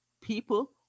people